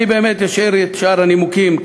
אני אשאיר את שאר הנימוקים,